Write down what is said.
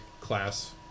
class